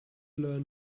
learn